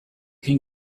can